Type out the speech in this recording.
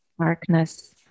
darkness